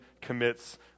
commits